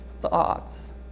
thoughts